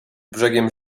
brzegiem